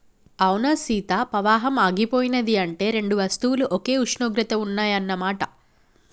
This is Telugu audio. అవునా సీత పవాహం ఆగిపోయినది అంటే రెండు వస్తువులు ఒకే ఉష్ణోగ్రత వద్ద ఉన్నాయన్న మాట